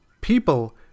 people